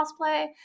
cosplay